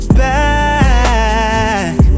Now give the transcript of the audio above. back